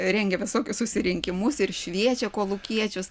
rengia visokius susirinkimus ir šviečia kolūkiečius